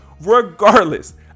regardless